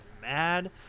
mad